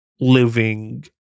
living